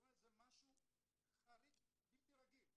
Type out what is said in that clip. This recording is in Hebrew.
אולי איזה משהו חריג בלתי רגיל.